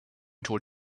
told